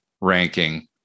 ranking